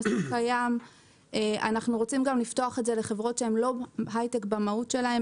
אנחנו רוצים גם לפתוח את זה לחברות שהן לא היי-טק במהות שלהן,